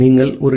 நீங்கள் ஒரு டி